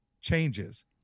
changes